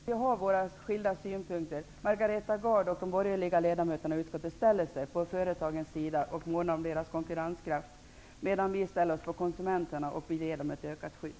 Fru talman! Jag vill bara betona att vi har våra skilda synpunkter i frågan. Margareta Gard och de borgerliga ledamöterna i utskottet ställer sig på företagens sida och månar om deras konkurrenskraft, medan vi ställer oss på konsumenternas sida och vill ge dem ett utökat skydd.